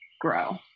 grow